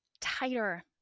Tighter